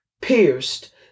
pierced